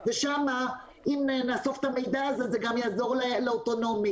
ושם אם נאסוף את המידע הזה זה גם יעזור לאוטונומי,